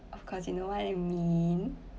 of course you know what I mean